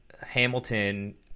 hamilton